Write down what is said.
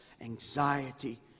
anxiety